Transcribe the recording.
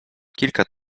kilka